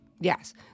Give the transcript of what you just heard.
Yes